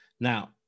Now